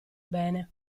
bene